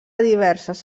diverses